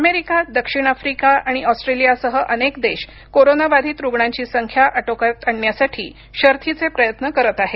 America दक्षिण Africa आणि ऑस्ट्रेलियासह अनेक देश कोरोना बाधित रुग्णांची संख्या आटोक्यात आणण्यासाठी शर्थीचे प्रयत्न करत आहेत